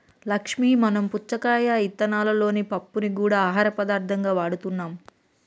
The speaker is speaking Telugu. లక్ష్మీ మనం పుచ్చకాయ ఇత్తనాలలోని పప్పుని గూడా ఆహార పదార్థంగా వాడుతున్నాం